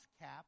cap